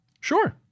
Sure